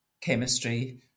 chemistry